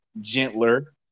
gentler